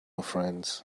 friends